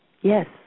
Yes